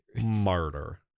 Murder